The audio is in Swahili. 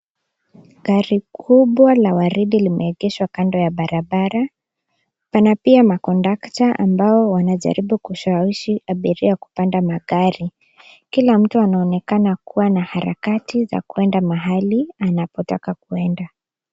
Gari kubwa la waridi limeegeshwa kando ya barabara, pana pia makondakta ambao wanajaribu kushawishi abiria kupanda magari. Kila mtu anaonekana kuwa na harakati za kuenda mahali linapotaka kwenda.